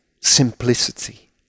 simplicity